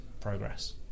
Progress